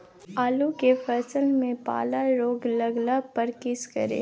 आलू के फसल मे पाला रोग लागला पर कीशकरि?